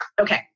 Okay